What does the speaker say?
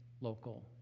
local